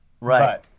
Right